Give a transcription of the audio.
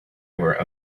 were